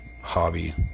hobby